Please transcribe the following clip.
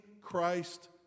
Christ